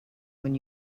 when